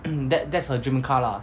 hmm that that's her dream car lah